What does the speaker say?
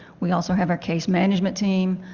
we also have our case management team.